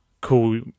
cool